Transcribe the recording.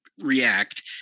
react